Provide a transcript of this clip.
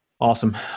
Awesome